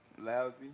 Lousy